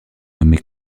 nommé